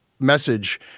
message